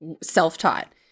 Self-taught